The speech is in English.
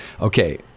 Okay